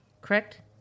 correct